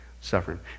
suffering